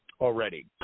already